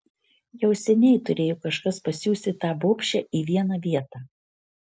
jau seniai turėjo kažkas pasiųsti tą bobšę į vieną vietą